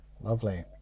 Lovely